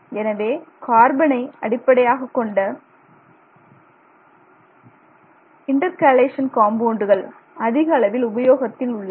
எனவே கார்பனை அடிப்படையாகக்கொண்ட இன்டர்கேலேஷன் காம்பவுண்டுகள் அதிக அளவில் உபயோகத்தில் உள்ளன